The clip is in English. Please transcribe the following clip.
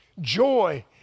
Joy